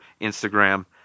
Instagram